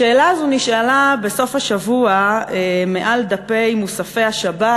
השאלה הזאת נשאלה בסוף השבוע מעל דפי מוספי השבת,